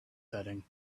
setting